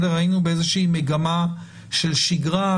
היינו באיזושהי מגמה של שגרה,